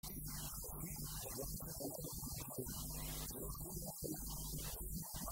...תי, הרשמי, ודברים שבלב אינם דברים. אז איך אה...? מהי... מה?